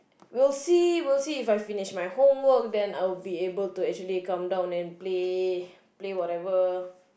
we will see will see If I have finished my homework then I will be able to actually come down and play play whatever